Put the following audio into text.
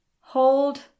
Hold